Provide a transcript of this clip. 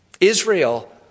Israel